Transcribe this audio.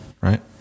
right